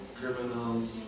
criminals